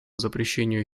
запрещению